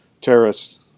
terrorists